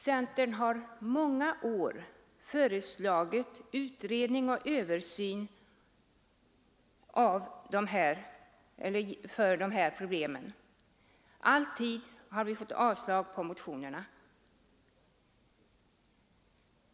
Centern har också i många år föreslagit en utredning och en översyn av de här frågorna, men motionerna har alltid blivit avslagna.